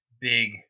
big